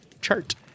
chart